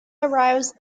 arrives